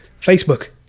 Facebook